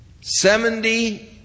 Seventy